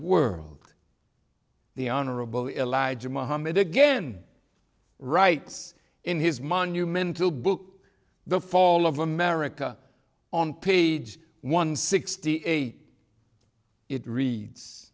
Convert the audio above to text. world the honorable elijah muhammad again writes in his monumental book the fall of america on page one sixty eight it reads